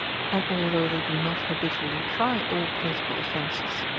and although they do not habitually try all political offences,